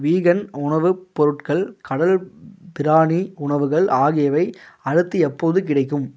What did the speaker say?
vegan உணவுப் பொருட்கள் கடல் பிராணி உணவுகள் ஆகியவை அடுத்து எப்போது கிடைக்கும்